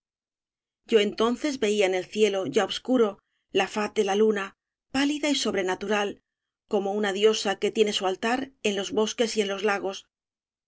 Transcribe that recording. yo entonces veía en el cielo ya obscuro la faz de la luna pálida y sobrenatural como una diosa que tiene su altar en los bosques y en los lagos